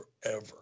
forever